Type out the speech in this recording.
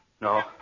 No